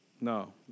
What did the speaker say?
No